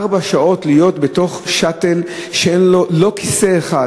ארבע שעות להיות בתוך "שאטל" אין שם כיסא אחד,